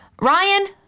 Ryan